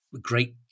great